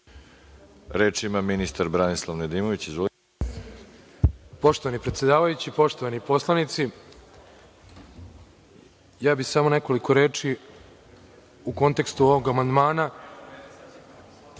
Reč ima ministar Branislav Nedimović. **Branislav Nedimović** Poštovani predsedavajući, poštovani poslanici, ja bih samo nekoliko reči u kontekstu ovog amandmana. Prvi